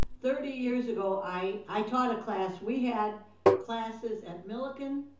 thirty years ago i taught a class. we had classes at millikan,